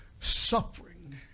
Suffering